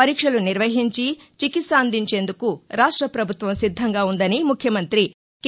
పరీక్షలు నిర్వహించి చికిత్స అందించేందుకు రాష్ట పభుత్వం సిద్దంగా ఉందని ముఖ్యమంతి కె